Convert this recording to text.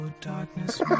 darkness